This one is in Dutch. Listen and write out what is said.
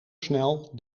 snel